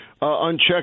unchecked